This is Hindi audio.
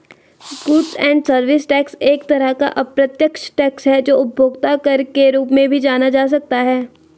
गुड्स एंड सर्विस टैक्स एक तरह का अप्रत्यक्ष टैक्स है जो उपभोक्ता कर के रूप में भी जाना जा सकता है